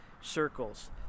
circles